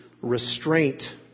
restraint